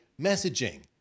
messaging